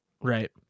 Right